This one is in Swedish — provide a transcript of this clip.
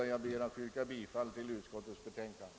Herr talman! Jag ber att få yrka bifall till utskottets hemställan.